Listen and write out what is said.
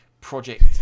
Project